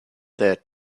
that